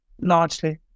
largely